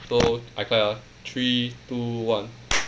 so I count ah three two one